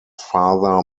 father